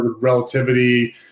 relativity